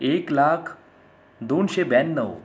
एक लाख दोनशे ब्याण्णव